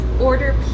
order